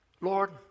Lord